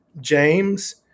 James